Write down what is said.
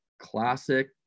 classic